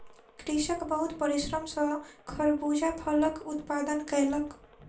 कृषक बहुत परिश्रम सॅ खरबूजा फलक उत्पादन कयलक